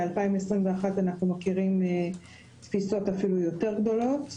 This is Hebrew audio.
ב-2021 אנחנו מכירים תפיסות אפילו יותר גדולות,